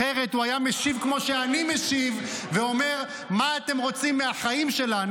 אחרת הוא היה משיב כמו שאני משיב ואומר: מה אתם רוצים מהחיים שלנו,